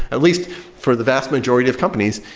at least for the vast majority of companies,